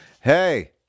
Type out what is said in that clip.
hey